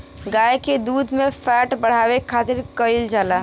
गाय के दूध में फैट बढ़ावे खातिर का कइल जाला?